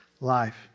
life